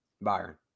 Byron